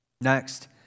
Next